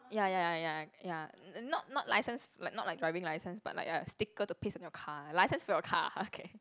ya ya ya ya n~ not not licence like not like driving license but like a sticker to paste in your car license for your car okay